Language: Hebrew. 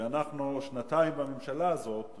ואנחנו שנתיים עם הממשלה הזאת,